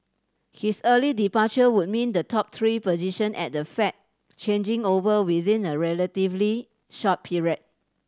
his early departure would mean the top three position at the Fed changing over within a relatively short period